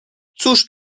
cóż